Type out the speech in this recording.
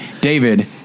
David